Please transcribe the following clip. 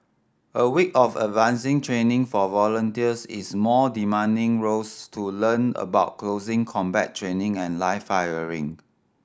a week of advancing training for volunteers is more demanding roles to learn about closing combat training and live firing